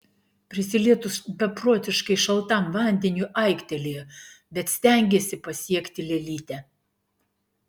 prisilietus beprotiškai šaltam vandeniui aiktelėjo bet stengėsi pasiekti lėlytę